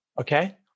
okay